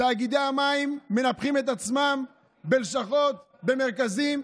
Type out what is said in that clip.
תאגידי המים מנפחים את עצמם בלשכות ובמרכזים,